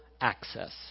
Access